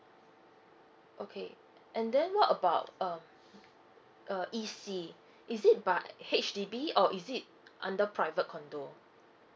okay and then what about um uh E_C is it by H_D_B or is it under private condo